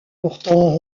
pourtant